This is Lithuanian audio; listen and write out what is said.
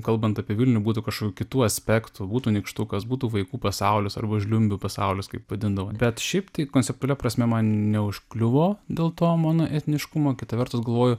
kalbant apie vilnių būtų kažkokių kitų aspektų būtų nykštukas būtų vaikų pasaulius arba žliumbių pasaulis kaip vadindavom bet šiaip tai konceptualia prasme man neužkliuvo dėl to mano etniškumo kita vertus galvoju